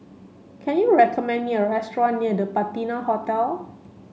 can you recommend me a restaurant near The Patina Hotel